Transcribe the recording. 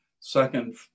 Second